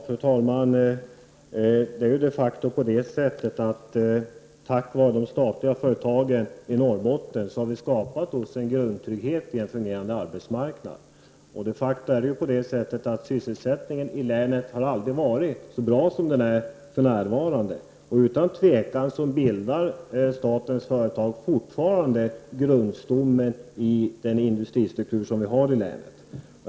Fru talman! Det är ju de facto så, att vi tack vare de statliga företagen i Norrbotten har skapat oss en grundtrygghet i en fungerande arbetsmarknad. Och sysselsättningen i länet har ju aldrig varit så bra som den är för närvarande. Utan tvivel bildar statens företag fortfarande grundstommen i den industristruktur som vi har i länet.